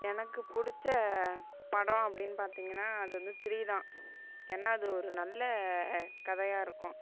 எனக்கு பிடிச்ச படம் அப்படினு பார்த்தீங்கன்னா அது வந்து த்ரீ தான் ஏன்னால் அது ஒரு நல்ல கதையாக இருக்கும்